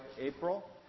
April